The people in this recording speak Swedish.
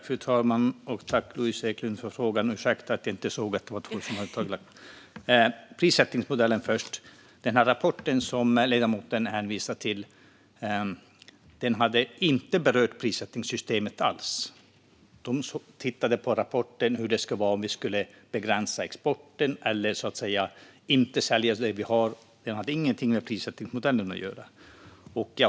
Fru talman! Jag tackar Louise Eklund för frågan. Jag börjar med prissättningsmodellen. Den rapport som ledamoten hänvisade till berörde inte alls prissättningssystemet. I rapporten tittade man på om vi ska begränsa exporten eller inte sälja det vi har. Det hade ingenting med prissättningsmodellen att göra.